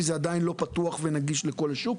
והוא עדיין לא פתוח ונגיש לכל השוק.